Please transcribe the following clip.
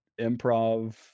improv